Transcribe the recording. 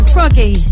Froggy